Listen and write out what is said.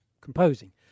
composing